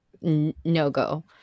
no-go